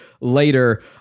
later